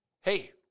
hey